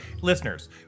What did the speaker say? listeners